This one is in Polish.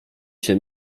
się